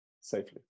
safely